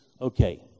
Okay